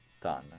done